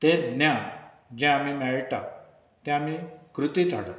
तें ज्ञान जें आमी मेळटा तें आमी कृतींत हाडप